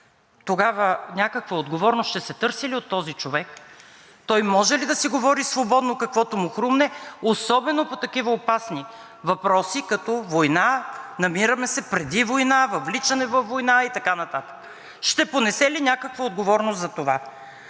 тогава някаква отговорност ще се търси ли от този човек? Той може ли да си говори свободно, каквото му хрумне, особено по такива опасни въпроси като война, намираме се преди война, въвличане във война и така нататък? Ще понесе ли някаква отговорност за това?